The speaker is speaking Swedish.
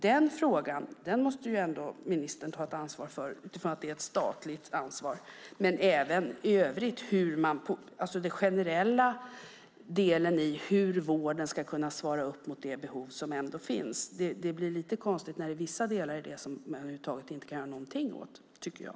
Denna fråga måste ministern ändå ta ett ansvar för utifrån att detta är ett statligt ansvar, och också i övrigt utifrån den generella delen i hur vården ska kunna svara upp mot de behov som finns. Det blir lite konstigt när det är vissa delar i det som man över huvud taget inte kan göra någonting åt, tycker jag.